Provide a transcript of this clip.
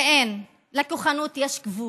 ואין, לכוחנות יש גבול,